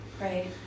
Right